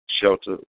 shelter